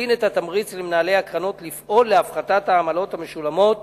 מקטין את התמריץ למנהלי הקרנות לפעול להפחתת העמלות המשולמות